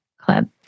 club